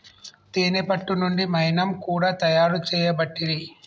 తేనే పట్టు నుండి మైనం కూడా తయారు చేయబట్టిరి